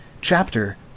chapter